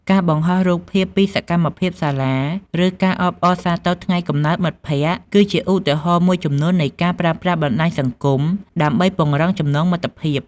ការបង្ហោះរូបភាពពីសកម្មភាពសាលា ឬការអបអរសាទរថ្ងៃកំណើតមិត្តភក្តិ គឺជាឧទាហរណ៍មួយចំនួននៃការប្រើប្រាស់បណ្ដាញសង្គមដើម្បីពង្រឹងចំណងមិត្តភាព។